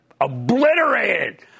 obliterated